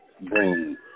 bring